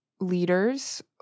leaders